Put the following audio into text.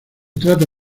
trata